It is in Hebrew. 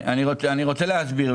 אני רוצה להסביר.